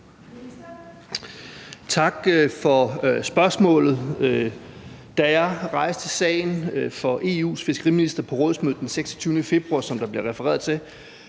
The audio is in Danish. Tak for spørgsmålet. Da jeg rejste sagen for EU's fiskeriminister på rådsmødet den 26. februar, som der bliver refereret til,